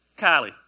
Kylie